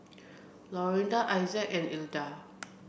Lorinda Issac and Ilda